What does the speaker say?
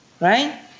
right